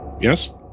Yes